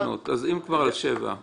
אז אם כבר שיהיה שבע שנות מאסר.